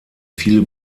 viele